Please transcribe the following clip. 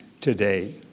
today